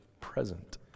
present